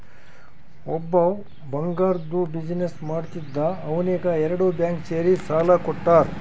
ಒಬ್ಬವ್ ಬಂಗಾರ್ದು ಬಿಸಿನ್ನೆಸ್ ಮಾಡ್ತಿದ್ದ ಅವ್ನಿಗ ಎರಡು ಬ್ಯಾಂಕ್ ಸೇರಿ ಸಾಲಾ ಕೊಟ್ಟಾರ್